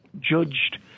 judged